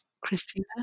Christina